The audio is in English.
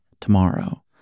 tomorrow